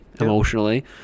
emotionally